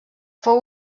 fou